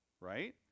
right